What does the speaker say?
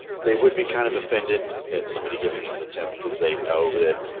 they would be kind of offended at somebody giving him the tip because they know that